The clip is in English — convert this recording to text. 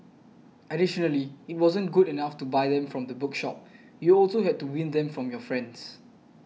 additionally it wasn't good enough to buy them from the bookshop you also had to win them from your friends